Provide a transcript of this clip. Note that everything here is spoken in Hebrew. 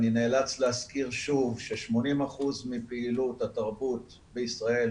אני נאלץ להזכיר שוב ש-80% מפעילות התרבות בישראל,